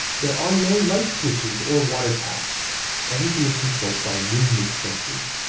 there are no light switches or water taps everything is controlled by movement sensors.